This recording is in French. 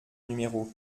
numéros